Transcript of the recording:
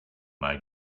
made